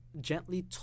gently